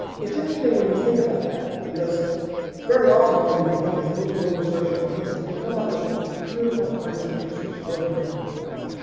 it's interesting when you think about that, because very often when we look at venus, do a google search on venus, you'll come up with beautiful artists' pictures of what it might look like.